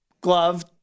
glove